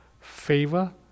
favor